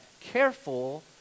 Careful